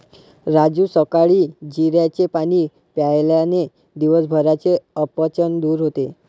राजू सकाळी जिऱ्याचे पाणी प्यायल्याने दिवसभराचे अपचन दूर होते